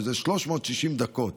שזה 360 דקות,